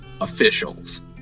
officials